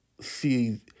see